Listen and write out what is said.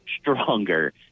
stronger